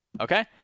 Okay